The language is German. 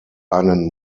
einen